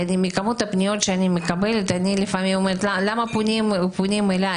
מכמות הפניות שאני מקבלת אני לפעמים אומרת למה פונים אליי,